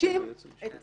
שמקדישים את